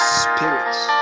spirits